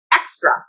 extra